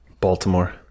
Baltimore